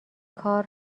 کار